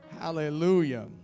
Hallelujah